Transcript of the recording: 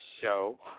show